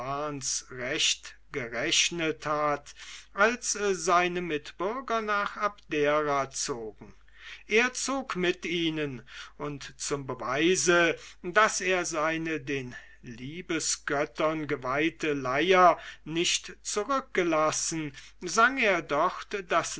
gerechnet hat als seine mitbürger nach abdera zogen er zog mit ihnen und zum beweise daß er seine den liebesgöttern geweihte leier nicht zurückgelassen sang er dort das